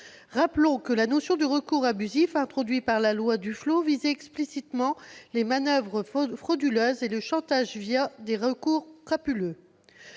Rappelons que la notion de recours abusif, introduite par la loi Duflot, visait explicitement les manoeuvres frauduleuses et le chantage par le biais de recours crapuleux.